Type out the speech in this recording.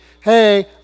hey